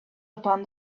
upon